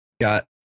got